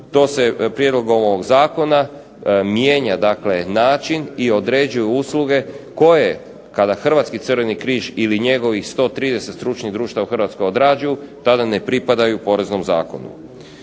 to se prijedlogom ovog zakona mijenja dakle način i određuju usluge koje, kada Hrvatski crveni križ ili njegovih 130 stručnih društava u Hrvatskoj odrađuju, tada ne pripadaju Poreznom zakonu.